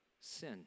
sin